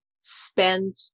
spend